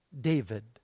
David